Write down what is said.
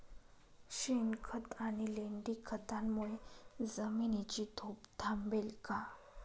शेणखत आणि लेंडी खतांमुळे जमिनीची धूप थांबेल का?